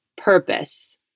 purpose